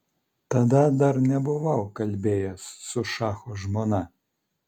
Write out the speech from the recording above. tada dar nebuvau kalbėjęs su šacho žmona